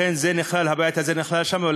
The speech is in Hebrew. והבית הזה נכלל שם.